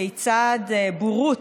כיצד בורות,